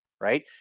right